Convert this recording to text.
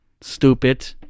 Stupid